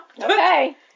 Okay